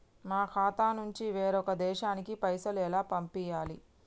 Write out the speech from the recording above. మా ఖాతా నుంచి వేరొక దేశానికి పైసలు ఎలా పంపియ్యాలి?